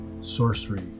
sorcery